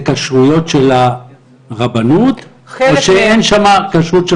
זה כשרויות של הרבנות או שאין שם כשרות של